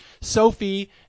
Sophie